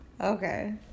Okay